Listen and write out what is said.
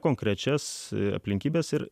konkrečias aplinkybes ir